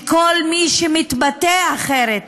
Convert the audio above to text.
כל מי שמתבטא אחרת,